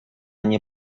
nie